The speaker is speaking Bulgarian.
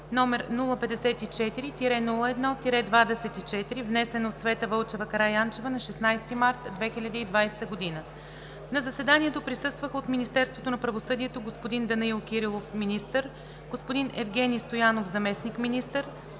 № 054-01-24, внесен от Цвета Вълчева Караянчева на 16 март 2020 г. На заседанието присъстваха от: - Министерството на правосъдието – господин Данаил Кирилов, министър; господин Евгени Стоянов, заместник-министър;